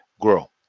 grow